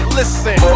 Listen